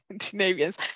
Scandinavians